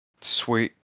Sweet